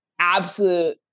absolute